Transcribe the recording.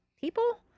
people